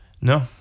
no